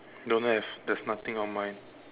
don't have there's nothing on mine